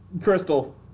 Crystal